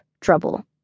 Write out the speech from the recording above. trouble